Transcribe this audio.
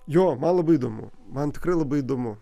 jo man labai įdomu man tikrai labai įdomu